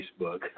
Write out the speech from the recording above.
Facebook